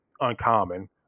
uncommon